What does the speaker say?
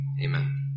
amen